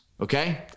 Okay